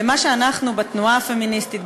למה שאנחנו בתנועה הפמיניסטית,